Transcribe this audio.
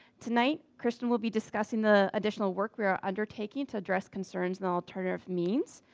tonight, kristan will be discussing the additional work we are undertaking to address concerns, and alternative means.